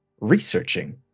researching